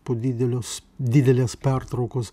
po didelios didelės pertraukos